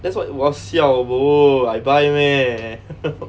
that's what !wah! siao bo I buy meh